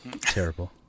terrible